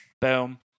boom